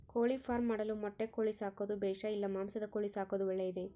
ಕೋಳಿಫಾರ್ಮ್ ಮಾಡಲು ಮೊಟ್ಟೆ ಕೋಳಿ ಸಾಕೋದು ಬೇಷಾ ಇಲ್ಲ ಮಾಂಸದ ಕೋಳಿ ಸಾಕೋದು ಒಳ್ಳೆಯದೇ?